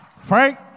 Frank